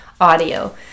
audio